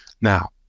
now